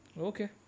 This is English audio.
Okay